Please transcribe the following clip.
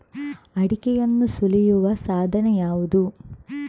ಅಡಿಕೆಯನ್ನು ಸುಲಿಯುವ ಸಾಧನ ಯಾವುದು?